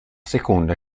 seconda